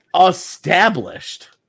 established